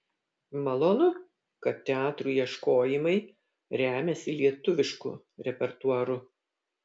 malonu kad teatrų ieškojimai remiasi lietuvišku repertuaru